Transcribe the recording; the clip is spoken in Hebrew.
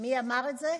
מי אמר את זה?